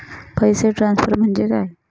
पैसे ट्रान्सफर म्हणजे काय?